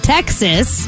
Texas